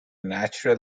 natural